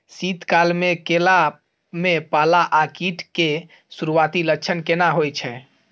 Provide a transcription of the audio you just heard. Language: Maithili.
शीत काल में केला में पाला आ कीट के सुरूआती लक्षण केना हौय छै?